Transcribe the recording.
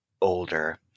older